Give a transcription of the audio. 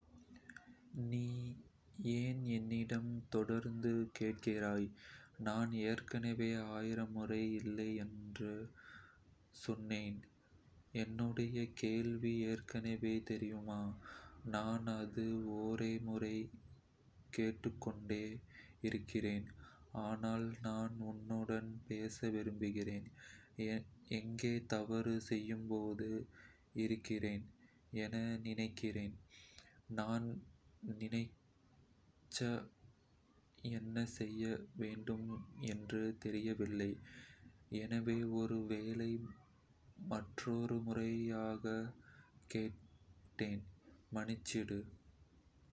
“நீ ஏன் என்னிடம் தொடர்ந்து கேட்கிறாய்? நான் ஏற்கனவே ஆயிரம் முறை இல்லை என சொல்லினேன்!…” "என்னுடைய கேள்வி எதற்கென தெரியுமா? நான் அது ஒரே முறை கேட்டுக்கொண்டே இருக்கிறேன், ஆனால் நான் உன்னுடன் பேச விரும்புகிறேன். எங்கோ தவறு செய்யும் போல இருக்கின்றேன் என நினைக்கிறேன்." "நான் நிச்சயமாக என்ன செய்ய வேண்டும் என்று தெரியவில்லை, எனவே ஒரு வேளை மற்றொரு முறையாக கேட்டேன். மன்னிச்சு கொடு."